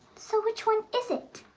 so which one is it?